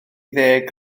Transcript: ddeg